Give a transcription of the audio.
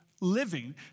living